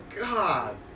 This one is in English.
God